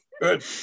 good